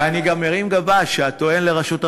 ואני גם מרים גבה, שהטוען לראשות הממשלה,